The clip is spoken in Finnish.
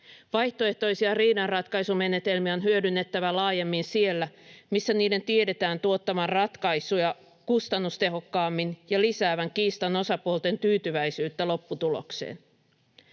Vaihtoehtoisia riidanratkaisumenetelmiä on hyödynnettävä laajemmin siellä, missä niiden tiedetään tuottavan ratkaisuja kustannustehokkaammin ja lisäävän kiistan osapuolten tyytyväisyyttä lopputulokseen.